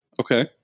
Okay